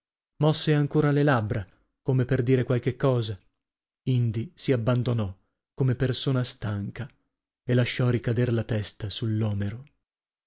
mosse ancora le labbra come per dire qualche cosa indi si abbandonò come persona stanca e lasciò ricader la testa sull'omero